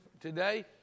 today